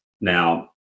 Now